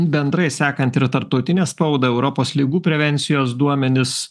bendrai sekant ir tarptautinę spaudą europos ligų prevencijos duomenis